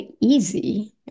easy